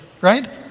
right